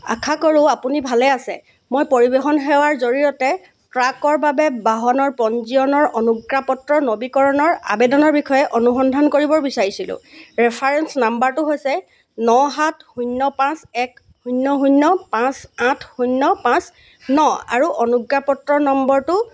আশা কৰোঁ আপুনি ভালে আছে মই পৰিবহণ সেৱাৰ জৰিয়তে ট্ৰাকৰ বাবে বাহনৰ পঞ্জীয়নৰ অনুজ্ঞাপত্ৰ নৱীকৰণৰ আবেদনৰ বিষয়ে অনুসন্ধান কৰিব বিচাৰিছিলোঁ ৰেফাৰেন্স নম্বৰটো হৈছে ন সাত শূন্য পাঁচ এক শূন্য শূন্য পাঁচ আঠ শূন্য পাঁচ ন আৰু অনুজ্ঞাপত্ৰ নম্বৰটো